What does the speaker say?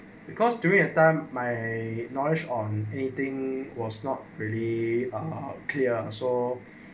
because during that time my knowledge on anything was not really uh clear so